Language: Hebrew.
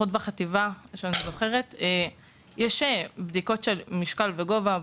בחטיבת הביניים, בדיקות של משקל וגובה.